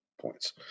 points